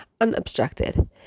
unobstructed